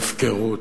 של הפקרות,